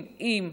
אם,